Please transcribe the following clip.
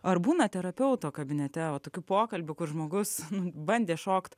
ar būna terapeuto kabinete va tokių pokalbių kur žmogus bandė šokt